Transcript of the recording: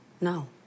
No